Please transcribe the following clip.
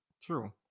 true